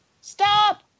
Stop